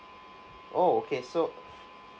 oh okay so